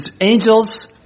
Angels